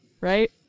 right